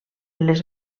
les